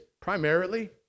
primarily